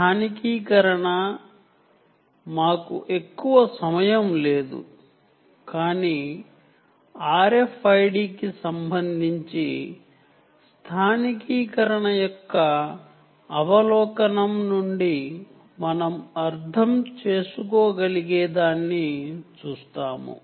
localisation కు మేము ఎక్కువ సమయం కేటాయించడం లేదు కానీ RFID కి సంబంధించి లోకలైజెషన్ యొక్క ఓవర్ వ్యూ నుండి మనం అర్థం చేసుకోగలిగేదాన్ని చూస్తాము